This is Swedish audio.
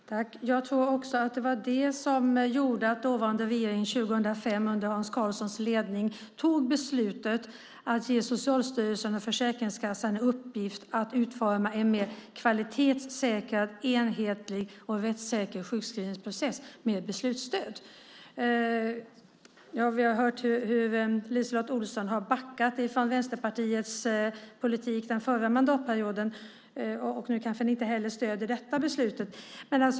Herr talman! Jag tror också att det var det som gjorde att den dåvarande regeringen 2005, under Hans Karlssons ledning, fattade beslutet att ge Socialstyrelsen och Försäkringskassan i uppgift att utforma en mer kvalitetssäkrad, enhetlig och rättssäker sjukskrivningsprocess med beslutstöd. Vi har hört hur LiseLotte Olsson har backat från Vänsterpartiets politik under den förra mandatperioden. Nu kanske ni inte heller stöder detta beslut.